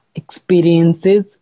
experiences